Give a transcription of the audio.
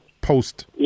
post-